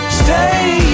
stay